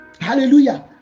Hallelujah